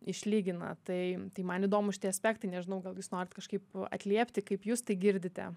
išlygina tai man įdomūs šitie aspektai nežinau gal jūs norit kažkaip atliepti kaip jūs tai girdite